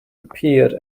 appeared